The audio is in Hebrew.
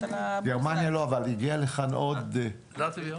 גרמניה לא אבל הגיע לכאן עוד --- לטביה.